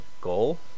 goal